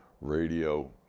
radio